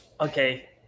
Okay